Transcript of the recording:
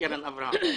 בקרן אברהם.